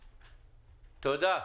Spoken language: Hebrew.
תודה.